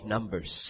Numbers